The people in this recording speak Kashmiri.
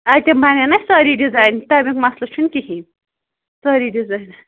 اَتہِ بَنَن نا سٲری ڈیٚزایَن تَمیُک مَسلہٕ چھُنہٕ کِہیٖنٛۍ سٲری ڈیٚزایَن